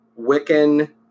Wiccan